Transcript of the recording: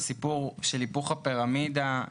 הסיפור של היפוך הפירמידה,